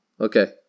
Okay